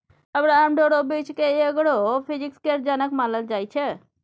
Abraham Fyodorovich केँ agro physics केर जनक मानल जाइ छै